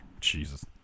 Jesus